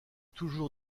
toujours